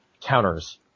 counters